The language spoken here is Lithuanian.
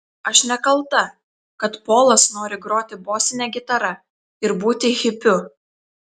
aš nekalta kad polas nori groti bosine gitara ir būti hipiu